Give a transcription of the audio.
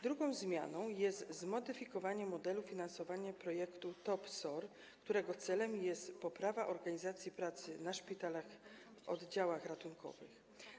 Drugą zmianą jest zmodyfikowanie modelu finansowania projektu TOP SOR, którego celem jest poprawa organizacji pracy na szpitalnych oddziałach ratunkowych.